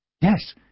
Yes